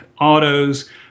autos